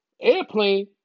airplane